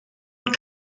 und